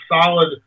solid